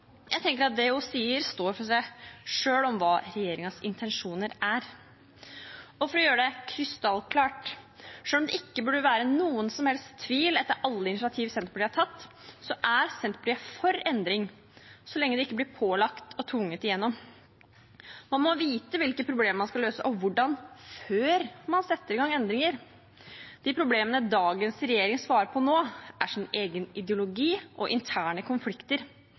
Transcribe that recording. Jeg tenker at det hun sier, står for seg selv når det gjelder hva regjeringens intensjoner er. For å gjøre det krystallklart, selv om det ikke burde være noen som helst tvil etter alle initiativ Senterpartiet har tatt, så er Senterpartiet for endring, så lenge det ikke blir pålagt og tvunget igjennom. Man må vite hvilke problemer man skal løse, og hvordan, før man setter i gang endringer. De problemene dagens regjerings svarer på nå, er deres egen ideologi og interne konflikter.